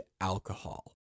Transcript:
alcohol